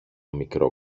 μικρό